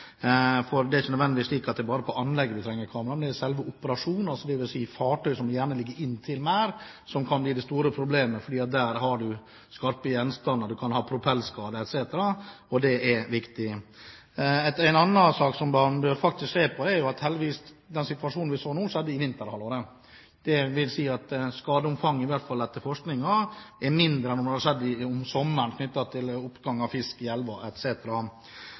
For det er nødvendigvis ikke slik at det bare er på anlegget man trenger kamera, men under selve operasjonen – det vil si på fartøy som ligger inntil merdene. Der kan bli det store problemet, for der har man skarpe gjenstander, man kan ha propellskade etc., og det er viktig. Noe annet som man faktisk bør tenke på, er at den situasjonen vi hadde nå, skjedde i vinterhalvåret. Det vil si at skadeomfanget – i hvert fall ifølge forskningen – er mindre enn om det hadde skjedd om sommeren, knyttet til oppgang av fisk i